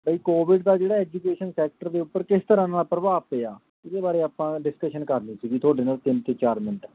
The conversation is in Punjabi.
ਵਈ ਕੋਵਿਡ ਦਾ ਜਿਹੜਾ ਐਜੂਕੇਸ਼ਨ ਸੈਕਟਰ ਦੇ ਉੱਪਰ ਕਿਸ ਤਰ੍ਹਾਂ ਨਾਲ ਪ੍ਰਭਾਵ ਪਿਆ ਇਹਦੇ ਬਾਰੇ ਆਪਾਂ ਡਿਸਕਸ਼ਨ ਕਰਨੀ ਸੀਗੀ ਤੁਹਾਡੇ ਨਾਲ ਤਿੰਨ ਤੋਂ ਚਾਰ ਮਿੰਟ